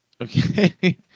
Okay